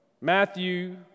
Matthew